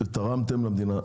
ומה שתרמתם למדינה.